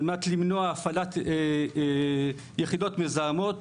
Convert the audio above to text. על מנת למנוע הפעלת יחידות מזהמות.